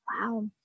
Wow